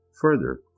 Further